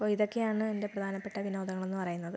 അപ്പോൾ ഇതൊക്കെയാണ് എൻ്റെ പ്രധാനപ്പെട്ട വിനോദങ്ങളെന്ന് പറയുന്നത്